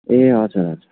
ए हजुर हजुर